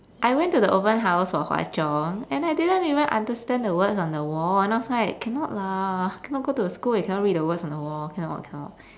I went to the open house for hwa chong and I didn't even understand the words on the wall and I was like cannot lah cannot go to the school where you cannot read the words on the wall cannot cannot